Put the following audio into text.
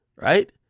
Right